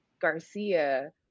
Garcia